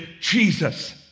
Jesus